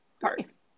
parts